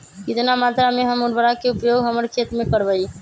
कितना मात्रा में हम उर्वरक के उपयोग हमर खेत में करबई?